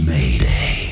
Mayday